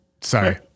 Sorry